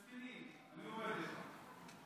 מסכנים, אני אומר לך.